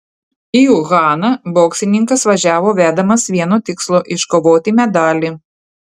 į uhaną boksininkas važiavo vedamas vieno tikslo iškovoti medalį